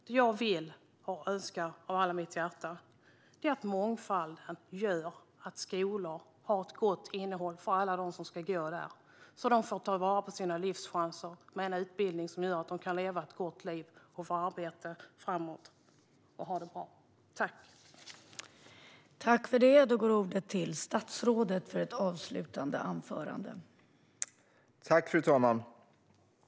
Det jag vill och önskar av hela mitt hjärta är att mångfalden ska göra att skolor har ett gott innehåll för alla som går där, så att de kan ta vara på sina livschanser med en utbildning som gör att de kan leva ett gott liv, få arbete och ha det bra.